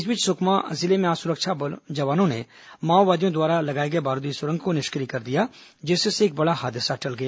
इस बीच सुकमा जिले में आज सुरक्षा जवानों ने माओवादियों द्वारा लगाए गए बारूदी सुरंग को निष्क्रिय कर दिया जिससे एक बड़ा हादसा टल गया